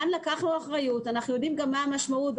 כאן לקחנו אחריות, אנחנו יודעים גם מה המשמעות.